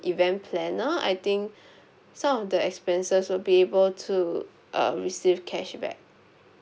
event planner I think some of the expenses will be able to uh receive cashback